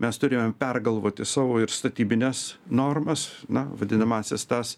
mes turėjom pergalvoti savo ir statybines normas na vadinamąsias tas